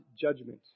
judgment